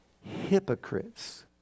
hypocrites